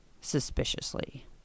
suspiciously